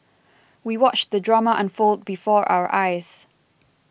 we watched the drama unfold before our eyes